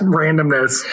randomness